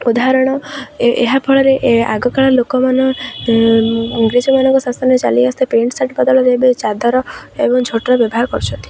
ଉଦାହରଣ ଏହା ଫଳରେ ଆଗକାଳର ଲୋକମାନ ଇଂରେଜମାନଙ୍କ ଶାସନରେ ଚାଲି ଆସୁଥିବା ପେଣ୍ଟ ସାର୍ଟ ବଦଳରେ ଏବେ ଚାଦର ଏବଂ ଛୋଟର ବ୍ୟବହାର କରୁଛନ୍ତି